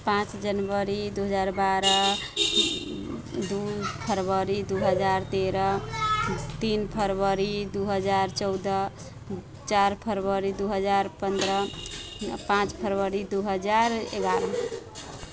पाँच जनवरी दू हजार बारह दू फरवरी दू हजार तेरह तीन फरवरी दू हजार चौदह चारि फरवरी दू हजार पन्द्रह पाँच फरवरी दू हजार एगारह